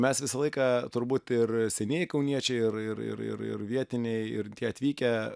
mes visą laiką turbūt ir senieji kauniečiai ir ir ir ir ir vietiniai ir tie atvykę